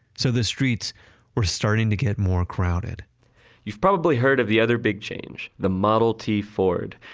so the streets were starting to get more crowded you've probably heard of the other big change. the model t ford.